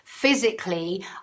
Physically